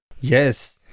Yes